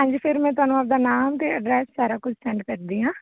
ਹਾਂਜੀ ਫਿਰ ਮੈਂ ਤੁਹਾਨੂੰ ਆਪਦਾ ਨਾਮ ਅਤੇ ਐਡਰੈਸ ਸਾਰਾ ਕੁਝ ਸੈਂਡ ਕਰਦੀ ਹਾਂ